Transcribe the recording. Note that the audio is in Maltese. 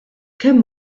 kemm